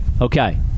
Okay